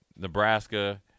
Nebraska